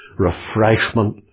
refreshment